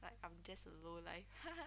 like I'm just a low life